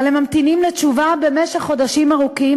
אבל הם ממתינים לתשובה במשך חודשים ארוכים